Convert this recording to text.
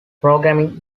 programming